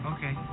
Okay